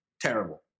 Terrible